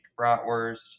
bratwurst